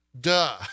duh